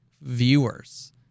viewers